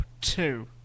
two